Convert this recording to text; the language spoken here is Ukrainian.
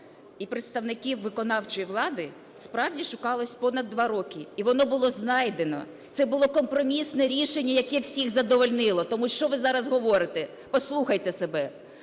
і представників виконавчої влади, справді шукалося понад два роки і воно було знайдено, це було компромісне рішення, яке всіх задовольнило. Тому, що ви зараз говорите, послухайте себе?